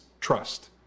trust